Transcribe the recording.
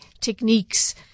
techniques